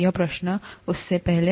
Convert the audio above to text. तो यह प्रश्न उससे पहले